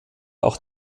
auch